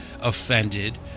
offended